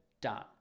done